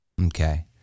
Okay